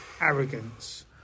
arrogance